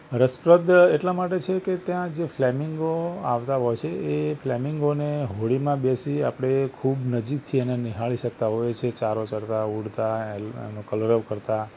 રસપ્રદ એટલા માટે છે કે ત્યાં જે ફ્લૅમિન્ગો આવતાં હોય છે એ ફ્લૅમિન્ગોને હોડીમાં બેસી આપણે ખૂબ નજીકથી એને નિહાળી શકતા હોય છે ચારો ચરતાં ઉડતાં એનું કલરવ કરતાં